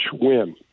win